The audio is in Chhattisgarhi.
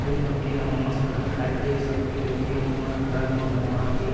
जेन मनखे ह मांस मटन खांए के सौकिन रहिथे ओमन घर म बनवा के